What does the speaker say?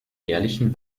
jährlichen